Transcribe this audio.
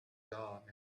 dawn